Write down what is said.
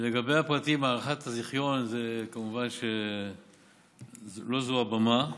לגבי הפרטים, הארכת הזיכיון, כמובן שלא זאת הבמה.